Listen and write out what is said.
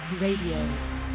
Radio